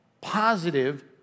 positive